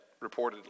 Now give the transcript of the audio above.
reportedly